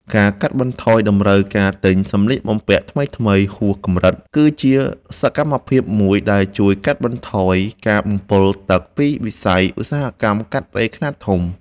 ការកាត់បន្ថយតម្រូវការទិញសម្លៀកបំពាក់ថ្មីៗហួសកម្រិត គឺជាសកម្មភាពមួយដែលជួយកាត់បន្ថយការបំពុលទឹកពីវិស័យឧស្សាហកម្មកាត់ដេរខ្នាតធំ។